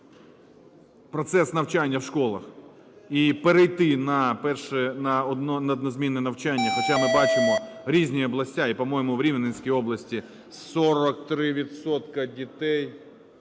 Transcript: процес навчання в школах і перейти на перше... на однозмінне навчання. Хоча ми бачимо різні області, і, по-моєму, в Рівненській області 43